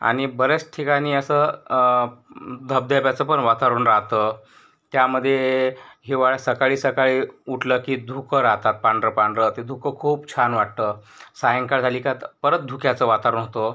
आणि बऱ्याच ठिकाणी असं धबध्यबाचंपण वातावरण राहतं त्यामध्ये हिवाळ्यात सकाळी सकाळी उठलं की धुकं राहतात पांढरं पांढरं ते धुकं खूप छान वाटतं सायंकाळ झाली का तर परत धुक्याचं वातावरण होतं